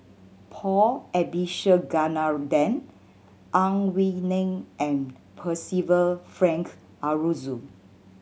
Paul Abisheganaden Ang Wei Neng and Percival Frank Aroozoo